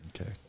Okay